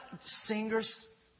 singers